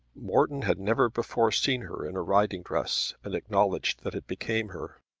morton had never before seen her in a riding dress and acknowledged that it became her.